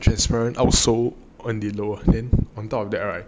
transparent outsole when they lower then on top of that right